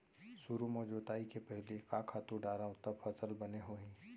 सुरु म जोताई के पहिली का खातू डारव त फसल बने होही?